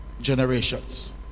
generations